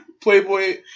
Playboy